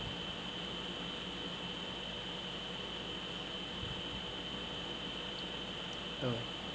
orh